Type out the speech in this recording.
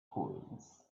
coins